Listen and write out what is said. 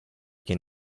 che